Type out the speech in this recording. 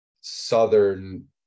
southern